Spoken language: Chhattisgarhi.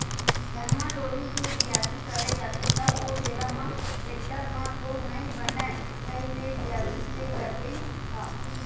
धनहा डोली के बियासी करे जाथे त ओ बेरा म टेक्टर म तो नइ बनय कही दे बियासी के करई ह?